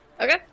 Okay